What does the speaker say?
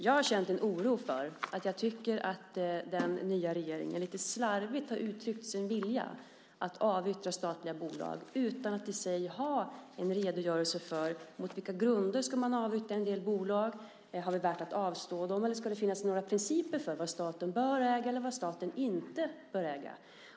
Jag har känt en oro, därför att jag tycker att den nya regeringen lite slarvigt har uttryckt sin vilja att avyttra statliga bolag utan att i sig ha en redogörelse för på vilka grunder man ska avyttra en del bolag. Är det värt att avstå dem? Ska det finnas några principer för vad staten bör äga eller inte bör äga?